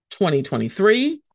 2023